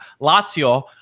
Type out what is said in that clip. Lazio